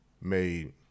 made